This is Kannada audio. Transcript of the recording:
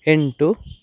ಎಂಟು